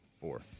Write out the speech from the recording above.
four